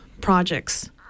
projects